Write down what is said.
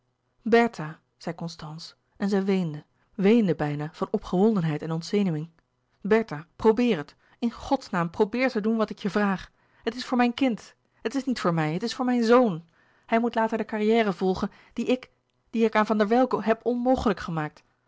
bertha zei constance en zij weende weende bijna van opgewondenheid en ontzenuwing bertha probeer het in godsnaam probeer te doen wat ik je vraag het is voor mijn kind het is niet voor mij het is voor mijn zoon hij moet later de carrière volgen die ik die ik aan van der welcke heb onmogelijk gemaakt